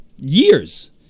years